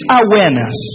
awareness